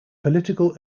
political